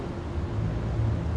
I think it's okay